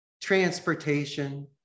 transportation